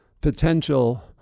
potential